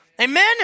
Amen